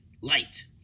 light